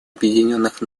объединенных